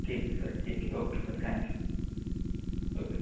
ठीक सर ठीक आहे ओके सर थँक्यू ओके